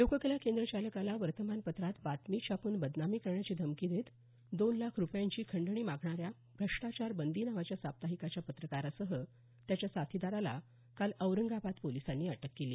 लोककला केंद्र चालकाला वर्तमानपत्रात बातमी छापून बदनामी करण्याची धमकी देत दोन लाख रूपयांची खंडणी मागणाऱ्या भ्रष्टाचारबंदी नावाच्या साप्ताहिकाच्या पत्रकारासह त्याच्या साथीदाराला काल औरंगाबाद पोलिसांनी अटक केली